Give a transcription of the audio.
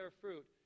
fruit